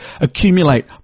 accumulate